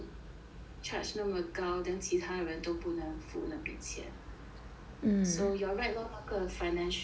charged 那么高 then 其他人都不能付那笔钱 so you're right lor 那个 financial